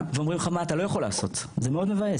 ואומרים לך מה אתה לא יכול לעשות, זה מאוד מבאס,